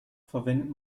verwendet